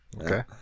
Okay